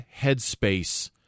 headspace